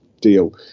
deal